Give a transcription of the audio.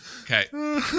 okay